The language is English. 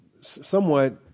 somewhat